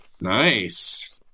Nice